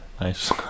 Nice